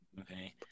Okay